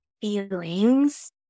feelings